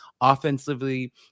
Offensively